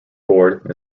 board